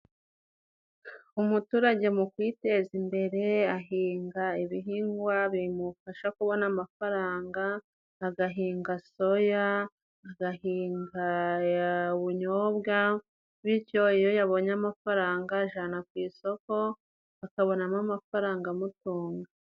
Umuturage mu kwiteza imbere ahinga ibihingwa bimufasha kubona amafaranga; agahinga soya ,agahinga ubunyobwa bityo iyo yabonye amafaranga ajana ku isoko akabonamo amafaranga amutunga.